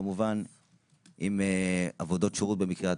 כמובן עם עבודות שירות במקרה הטוב.